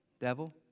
Devil